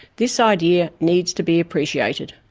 this idea needs to be appreciated.